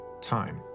time